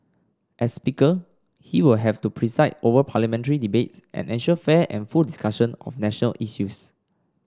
as speaker he will have to preside over parliamentary debates and ensure fair and full discussion of national issues